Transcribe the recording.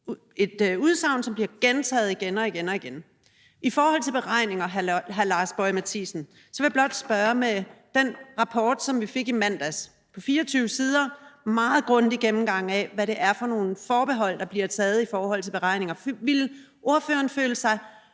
et udsagn, som bliver gentaget igen og igen. I forhold til beregninger, vil jeg sige til hr. Lars Boje Mathiesen, vil jeg blot spørge: Med den rapport, som vi fik i mandags, på 24 sider, med en meget grundig gennemgang af, hvad det er for nogle forbehold, der bliver taget i forhold til beregningerne, ville ordføreren så føle sig